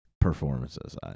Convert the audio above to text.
performances